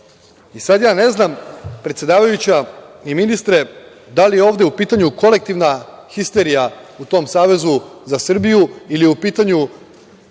ja ne znam, predsedavajuća i ministre, da li je ovde u pitanju kolektivna histerija u tom Savezu za Srbiju ili je u pitanju